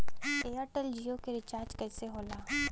Airtel Jio के recharge कैसे होला?